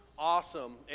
Awesome